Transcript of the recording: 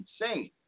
insane